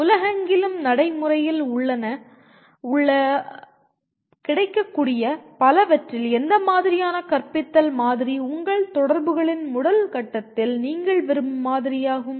உலகெங்கிலும் நடைமுறையில் உள்ள கிடைக்கக்கூடிய பலவற்றில் எந்த மாதிரியான கற்பித்தல் மாதிரி உங்கள் தொடர்புகளின் முதல் கட்டத்தில் நீங்கள் விரும்பும் மாதிரியாகும்